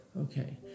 okay